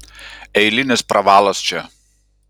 eilinis pravalas čia